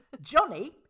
Johnny